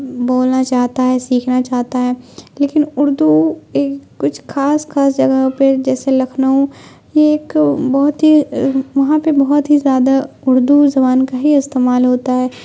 بولنا چاہتا ہے سیکھنا چاہتا ہے لیکن اردو ایک کچھ خاص خاص جگہوں پہ جیسے لکھنؤ یہ ایک بہت ہی وہاں پہ بہت ہی زیادہ اردو زبان کا ہی استعمال ہوتا ہے